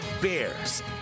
Bears